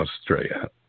Australia